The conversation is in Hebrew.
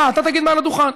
אני אגיד את זה מעל הבמה.